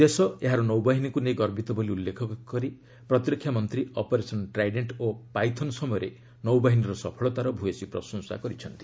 ଦେଶ ଏହାର ନୌବାହିନୀକୁ ନେଇ ଗର୍ବିତ ବୋଲି ଉଲ୍ଲେଖ କରି ପ୍ରତିରକ୍ଷା ମନ୍ତ୍ରୀ ଅପରେସନ୍ ଟ୍ରାଇଡେଣ୍ଟ ଓ ପାଇଥନ୍ ସମୟରେ ନୌବାହିନୀର ସଫଳତାର ଭୂୟସୀ ପ୍ରଶଂସା କରିଛନ୍ତି